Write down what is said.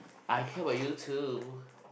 I care about you too